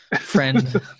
friend